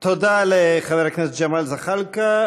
תודה לחבר הכנסת ג'מאל זחאלקה.